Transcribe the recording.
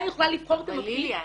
יכולה לבחור את המפעיל -- אבל ליליאן,